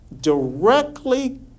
directly